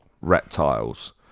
reptiles